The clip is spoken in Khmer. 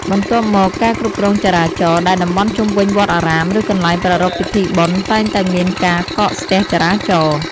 បន្ទាប់មកការគ្រប់គ្រងចរាចរណ៍ ដែលតំបន់ជុំវិញវត្តអារាម ឬកន្លែងប្រារព្ធពិធីបុណ្យតែងតែមានការកកស្ទះចរាចរណ៍។